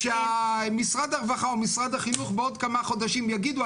שמשרד הרווחה ומשרד החינוך בעוד כמה חודשים יגידו,